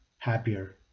happier